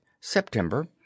September